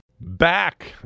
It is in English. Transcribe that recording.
Back